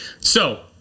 So-